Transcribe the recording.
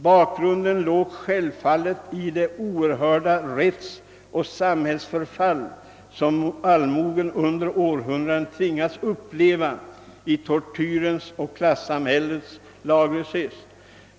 Bakgrunden låg självfallet i det oerhörda rättsoch samhällsförfall som allmogen under århundraden tvingats uppleva i tortyrens och klassamhällets laglöshet.